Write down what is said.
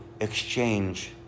exchange